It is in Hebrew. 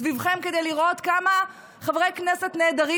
סביבכם כדי לראות כמה חברי כנסת נעדרים